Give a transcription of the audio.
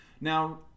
now